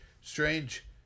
Strange